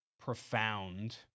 profound